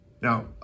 Now